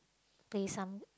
pay some